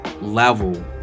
level